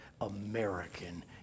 American